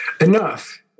Enough